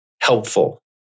helpful